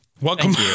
Welcome